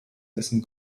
essen